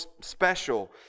special